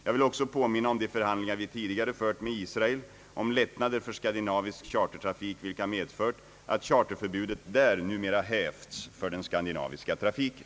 Jag vill också påminna om de förhandlingar vi tidigare fört med Israel om lättnader för skandinavisk chartertrafik vilka medfört att charterförbudet där numera hävts för den skandinaviska trafiken.